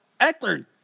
Eckler